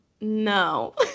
no